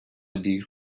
دیر